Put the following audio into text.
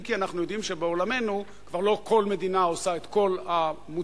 אם כי אנחנו יודעים שבעולמנו כבר לא כל מדינה עושה את כל המוצרים,